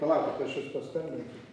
palaukit aš jus pastambinsiu